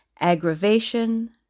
aggravation